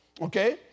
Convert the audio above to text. okay